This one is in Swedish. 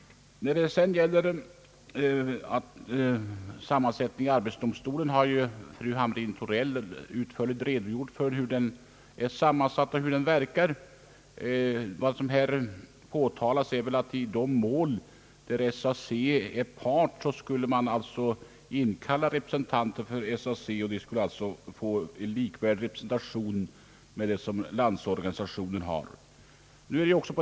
Fru Hamrin-Thorell har utförligt redogjort för arbetsdomstolens sammansättning och hur den verkar. Vad man närmast tagit upp här är väl att i de mål där SAC är part borde SAC få likvärdig representation i arbetsdomstolen som den Landsorganisationen har.